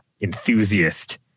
enthusiast